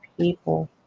people